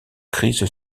crise